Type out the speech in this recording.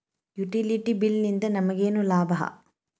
Utility bill ನಿಂದ್ ನಮಗೇನ ಲಾಭಾ?